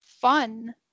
fun